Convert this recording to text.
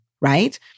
right